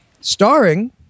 starring